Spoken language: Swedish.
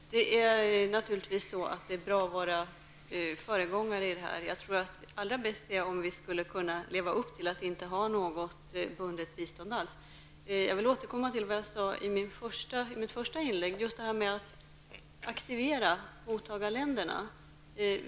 Fru talman! Det är naturligtvis bra att vara föregångare i detta sammanhang. Allra bäst vore det om vi kunde leva upp till målet att inte alls ha något bundet bistånd. Jag vill återkomma till vad jag sade i mitt första inlägg om att aktivera mottagarländerna.